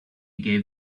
gave